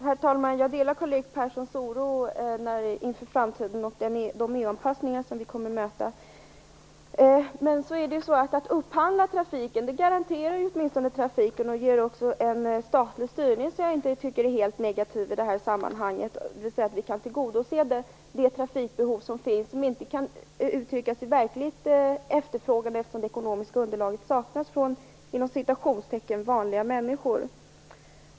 Herr talman! Jag delar Karl-Erik Perssons oro inför framtiden med tanke på de miljöanpassningar som vi kommer att möta. Att upphandla trafiken garanterar åtminstone trafiken och ger också ett statligt stöd. Det tycker jag inte är helt negativt i det här sammanhanget. Det gör att vi kan tillgodose det trafikbehov som finns även om vi inte kan utgå från verklig efterfrågan eftersom det ekonomiska underlaget saknas för "vanliga" människor.